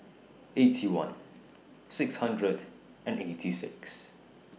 Eighty One six hundred and eighty six